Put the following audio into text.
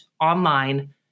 online